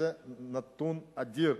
וזה נתון אדיר.